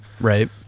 Right